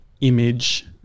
image